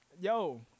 Yo